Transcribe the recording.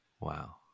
Wow